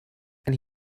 and